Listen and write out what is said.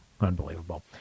Unbelievable